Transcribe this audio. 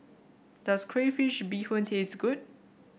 does Crayfish Beehoon taste good